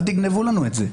אל תגנבו לנו את זה.